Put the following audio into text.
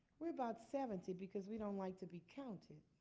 we're about seventy because we don't like to be counted.